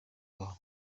wawe